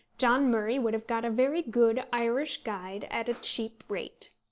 john murray would have got a very good irish guide at a cheap rate.